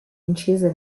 incise